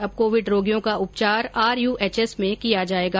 अब कोविड रोगियों का उपचार आरयूएचएस में किया जायेगा